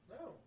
No